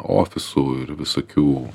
ofisų ir visokių